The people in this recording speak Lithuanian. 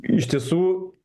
iš tiesų